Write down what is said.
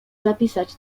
zapisać